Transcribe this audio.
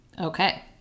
Okay